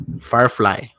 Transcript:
Firefly